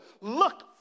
look